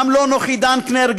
גם לא נוחי דנקנר,